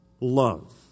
love